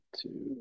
two